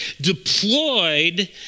deployed